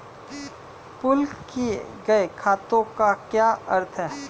Pool किए गए खातों का क्या अर्थ है?